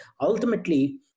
ultimately